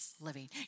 living